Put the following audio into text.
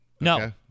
No